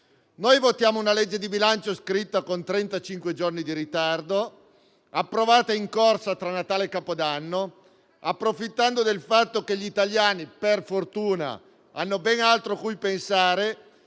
Noi votiamo una legge di bilancio scritta con trentacinque giorni di ritardo, approvata in corsa tra Natale e Capodanno, approfittando del fatto che gli italiani - per fortuna - hanno ben altro a cui pensare